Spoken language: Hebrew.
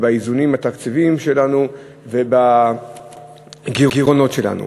באיזונים התקציביים שלנו ובגירעונות שלנו.